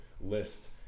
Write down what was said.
list